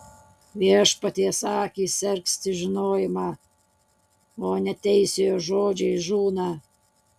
viešpaties akys sergsti žinojimą o neteisiojo žodžiai žūna